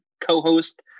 co-host